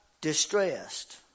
distressed